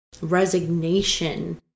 resignation